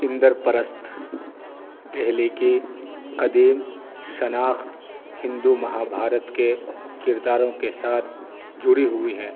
اندر پرست دہلی کی قدیم شناخت ہندو مہابھارت کے کرداروں کے ساتھ جڑی ہوئی ہے